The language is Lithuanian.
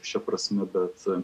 šia prasme bet